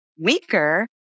weaker